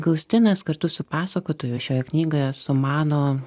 gaustinas kartu su pasakotoju šioje knygoje sumano